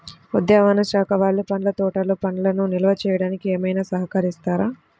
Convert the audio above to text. ఉద్యానవన శాఖ వాళ్ళు పండ్ల తోటలు పండ్లను నిల్వ చేసుకోవడానికి ఏమైనా సహకరిస్తారా?